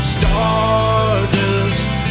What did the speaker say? Stardust